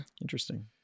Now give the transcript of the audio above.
interesting